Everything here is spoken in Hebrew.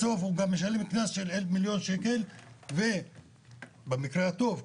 בסוף הוא גם משלם קנס של מיליון שקל במקרה הטוב,